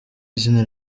izina